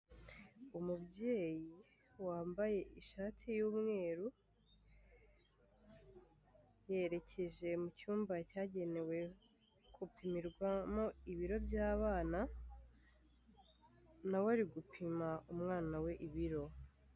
Umubyeyi wambaye ishati y'umweru, yerekeje mu cyumba cyagenewe gupimirwamo ibiro by'abana, nawe ari gupima umwana we ibiro.